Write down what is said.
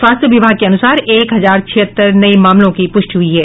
स्वास्थ्य विभाग के अनुसार एक हजार छिहत्तर नये मामलों की पुष्टि हुई है